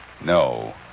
No